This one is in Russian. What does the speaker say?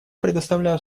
предоставляю